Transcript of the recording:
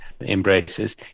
embraces